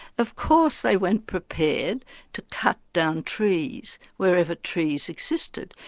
of course they went prepared to cut down trees wherever trees existed,